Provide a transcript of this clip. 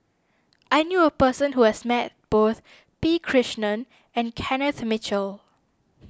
I knew a person who has met both P Krishnan and Kenneth Mitchell